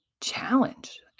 challenge